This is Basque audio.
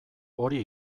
hori